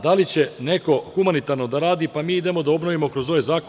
Da li će neko humanitarno da radi mi idemo da obnovimo kroz ovaj zakon.